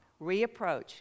reapproach